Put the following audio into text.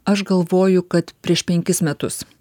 aš galvoju kad prieš penkis metus